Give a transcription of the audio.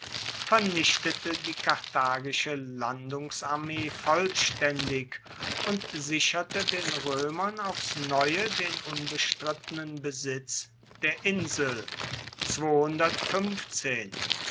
vernichtete die karthagische landungsarmee vollstaendig und sicherte den roemern aufs neue den unbestrittenen besitz der insel